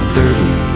Thirty